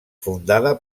fundada